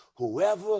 Whoever